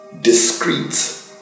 discreet